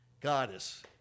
goddess